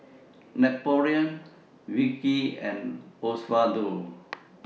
Napoleon Vicki and Osvaldo